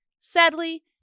Sadly